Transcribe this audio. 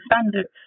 standards